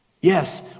Yes